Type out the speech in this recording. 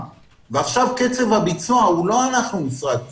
ועכשיו קצב הביצוע הוא לא שלנו משרד החינוך,